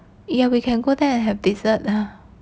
ya we can go there and have dessert ah